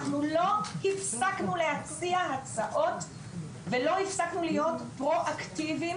אנחנו לא הפסקנו להציע הצעות ולא הפסקנו להיות פרואקטיביים,